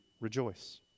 rejoice